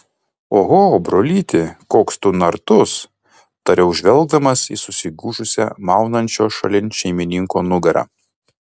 oho brolyti koks tu nartus tariau žvelgdamas į susigūžusią maunančio šalin šeimininko nugarą